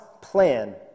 plan